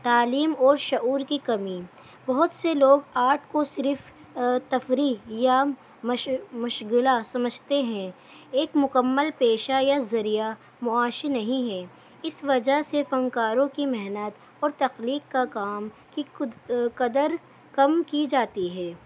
تعلیم اور شعور کی کمی بہت سے لوگ آرٹ کو صرف تفریح یا مشغلہ سمجھتے ہیں ایک مکمل پیشہ یا ذریعۂِ معاش نہیں ہے اس وجہ سے فنکاروں کی محنت اور تخلیق کا کام کی قدر کم کی جاتی ہے